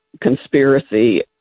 conspiracy